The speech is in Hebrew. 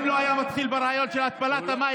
אם הוא לא היה מתחיל ברעיון של התפלת המים,